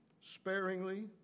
sparingly